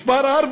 פסקה (4)